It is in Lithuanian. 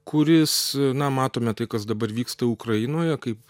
kuris na matome tai kas dabar vyksta ukrainoje kaip